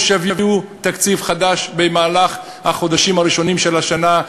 או שיביאו תקציב חדש במהלך החודשים הראשונים של השנה,